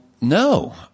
no